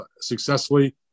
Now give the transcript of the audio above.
successfully